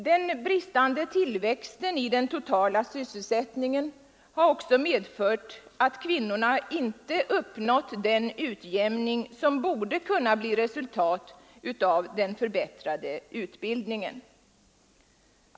Den bristande tillväxten i den totala sysselsättningen har också medfört att kvinnorna inte har uppnått den utjämning som borde kunna bli resultatet av den förbättrade utbildningen.